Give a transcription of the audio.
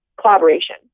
collaboration